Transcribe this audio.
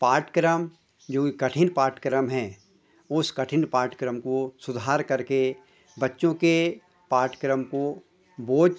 पाठ्यक्रम जोकि कठिन पाठ्यक्रम हैं उस कठिन पाठ्यक्रम को सुधार करके बच्चों के पाठ्यक्रम को बोझ